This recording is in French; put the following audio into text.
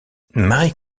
marie